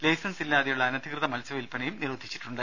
licence ഇല്ലാതെയുള്ള അനധികൃത മത്സ്യവില്പനയും നിരോധിച്ചിട്ടുണ്ട്